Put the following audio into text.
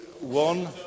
one